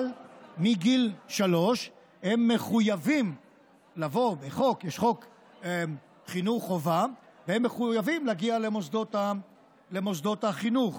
אבל מגיל שלוש הם מחויבים בחוק חינוך חובה להגיע למוסדות החינוך.